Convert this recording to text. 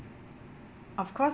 of course